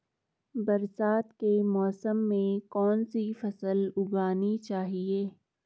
बरसात के मौसम में कौन सी फसल उगानी चाहिए?